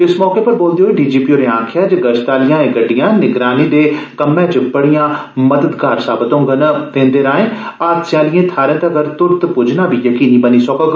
इस मौके पर बोलदे होई डीजीपी होरे गलाया जे गश्त आहलियां एह् गडि्डयां निगरानी दे कम्मै च बड़ी मददगार साबत होङन ते इंदे राएं हादसें आहलिएं थाहरें तगर तुरत पुज्जना बी यकीनी बनी सकोग